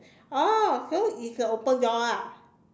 oh so it's a open door ah